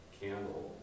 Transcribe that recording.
candle